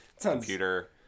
computer